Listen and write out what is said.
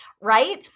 right